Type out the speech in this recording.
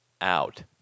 out